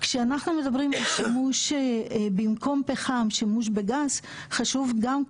כשאנחנו מדברים על שימוש בגז במקום פחם,